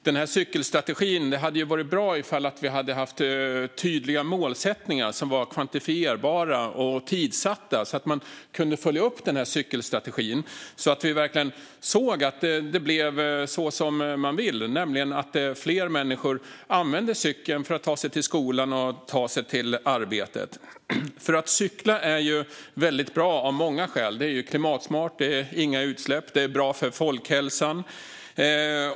Det hade varit bra ifall vi hade haft tydliga målsättningar som var kvantifierbara så att man kunde följa upp cykelstrategin, så att vi verkligen kunde se att det blir som man vill, nämligen att fler människor använder cykeln för att ta sig till skolan och till arbetet. Att cykla är ju väldigt bra av många skäl. Det är klimatsmart. Det blir inga utsläpp. Det är bra för folkhälsan.